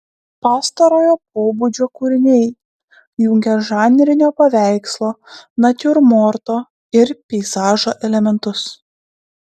pastarojo pobūdžio kūriniai jungė žanrinio paveikslo natiurmorto ir peizažo elementus